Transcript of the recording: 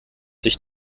sich